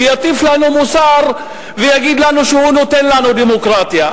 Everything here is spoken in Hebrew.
יטיף לנו מוסר ויגיד לנו שהוא נותן לנו דמוקרטיה.